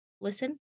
listen